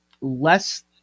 Less